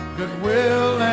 goodwill